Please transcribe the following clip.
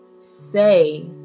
say